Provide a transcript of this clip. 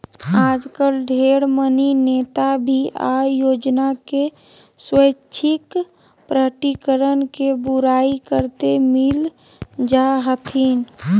आजकल ढेर मनी नेता भी आय योजना के स्वैच्छिक प्रकटीकरण के बुराई करते मिल जा हथिन